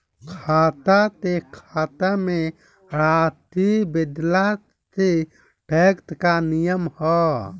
खाता से खाता में राशि भेजला से टेक्स के का नियम ह?